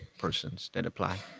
persons that apply?